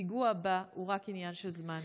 הפיגוע הבא הוא רק עניין של זמן.